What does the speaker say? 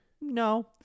No